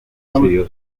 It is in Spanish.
decidió